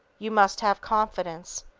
you must have confidence.